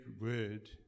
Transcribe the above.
word